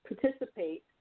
participate